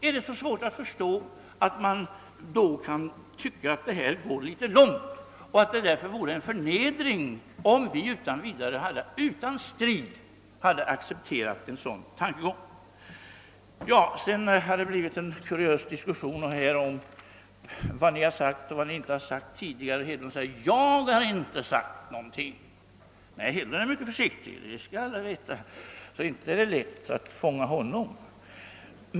Är det så svårt att förstå, att vi tycker att detta är att gå väl långt och att det därför vore en förnedring om vi utan strid hade accepterat en sådan tankegång? Här har uppstått en kuriös diskussion om vad ni tidigare sagt och inte sagt. Herr Hedlund säger: Jag har inte sagt någonting. Herr Hedlund är mycket försiktig, det skall alla veta, så inte är det lätt att fånga honom.